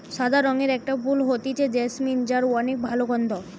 সাদা রঙের একটা ফুল হতিছে জেসমিন যার অনেক ভালা গন্ধ